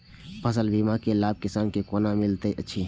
फसल बीमा के लाभ किसान के कोना मिलेत अछि?